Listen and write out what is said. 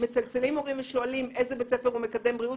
מצלצלים הורים ושואלים איזה בית ספר הוא מקדם בריאות,